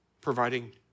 providing